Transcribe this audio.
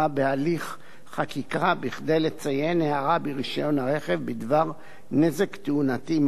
חקיקה כדי לציין הערה ברשיון הרכב בדבר נזק תאונתי מהותי,